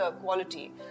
quality